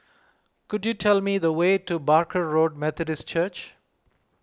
could you tell me the way to Barker Road Methodist Church